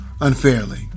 unfairly